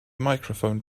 microphone